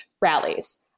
rallies